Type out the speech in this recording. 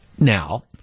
Now